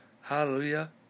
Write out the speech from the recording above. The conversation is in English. Hallelujah